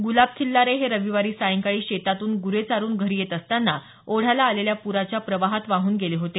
गुलाब खिल्लारे हे रविवारी सायंकाळी शेतातून गुरे चारुन घरी येत असताना ओढ्याला आलेल्या पुराच्या प्रवाहात वाहून गेले होते